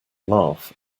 laugh